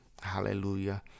hallelujah